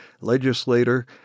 legislator